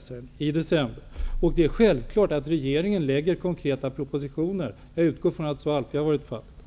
kommer i december, vilket jag också sade. Det är självklart att regeringen lägger fram konkreta propositioner. Jag utgår från att så alltid har varit fallet.